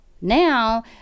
Now